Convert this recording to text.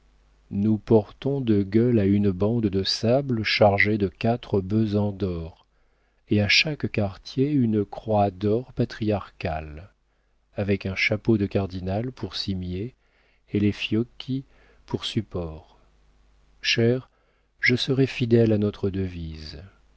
nous portons de gueules à une bande de sable chargée de quatre besants d'or et à chaque quartier une croix d'or patriarcale avec un chapeau de cardinal pour cimier et les fiocchi pour supports cher je serai fidèle à notre devise